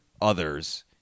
others